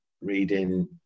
reading